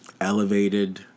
elevated